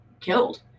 killed